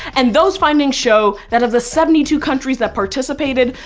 and those findings show that of the seventy two countries that participated,